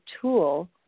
tool